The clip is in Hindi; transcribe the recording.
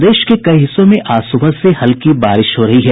प्रदेश के कई हिस्सों में आज सुबह से हल्की बारिश हो रही है